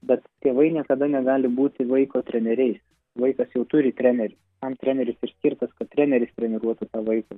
bet tėvai niekada negali būti vaiko treneriais vaikas jau turi trenerį tam treneris ir skirtas kad treneris treniruotų tą vaiką